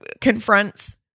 confronts